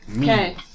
Okay